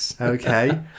Okay